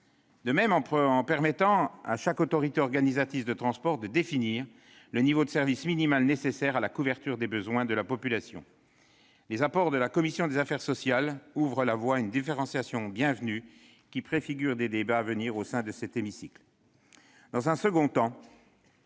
De même, en permettant à chaque autorité organisatrice de transport de définir le niveau de service minimal nécessaire à la couverture des besoins de la population, les apports de la commission des affaires sociales ouvrent la voie à une différenciation bienvenue, qui préfigure les débats à venir au sein de cet hémicycle.